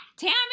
Tammy